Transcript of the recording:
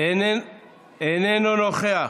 איננו נוכח.